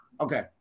Okay